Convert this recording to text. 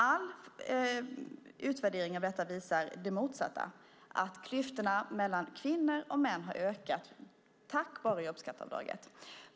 All utvärdering av detta visar det motsatta - att klyftorna mellan kvinnor och män har ökat på grund av jobbskatteavdraget.